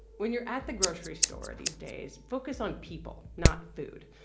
when you're at the grocery store these days, focus on people, not food.